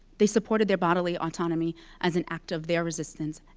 they supported their bodily autonomy as an act of their resistance,